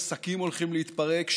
עסקים הולכים להתפרק.